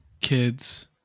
kids